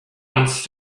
once